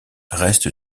reste